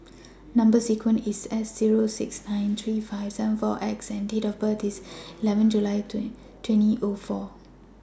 Number sequence IS S Zero six nine three five seven four X and Date of birth IS eleven July twenty O four